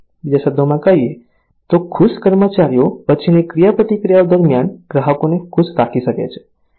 બીજા શબ્દોમાં કહીએ તો ખુશ કર્મચારીઓ પછીની ક્રિયાપ્રતિક્રિયાઓ દરમિયાન ગ્રાહકોને ખુશ રાખી શકે છે